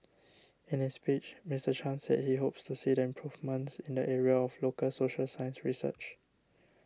in his speech Mister Chan said he hopes to see the improvements in the area of local social science research